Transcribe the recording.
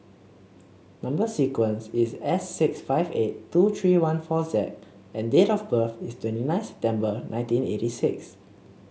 number sequence is S six five eight two three one four Z and date of birth is twenty nine September nineteen eighty six